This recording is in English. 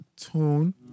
tone